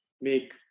make